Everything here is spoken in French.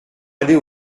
allés